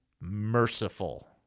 merciful